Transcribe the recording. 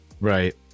Right